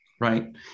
Right